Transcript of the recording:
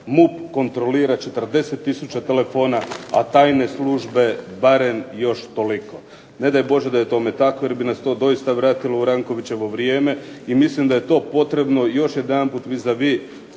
"MUP kontrolira 40 tisuća telefona, a tajne službe barem još toliko." Ne daj Bože da je tome tako jer bi nas to doista vratilo u Rankovićevo vrijeme i mislim da je to potrebno, još jedanput vis-a-vis